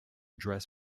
dress